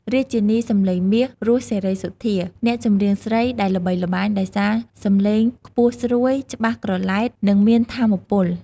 រាជិនីសំឡេងមាស រស់ សេរីសុទ្ធា អ្នកចម្រៀងស្រីដែលល្បីល្បាញដោយសារសំឡេងខ្ពស់ស្រួយ ច្បាស់ក្រឡែត និងមានថាមពល។